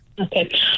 okay